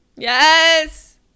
Yes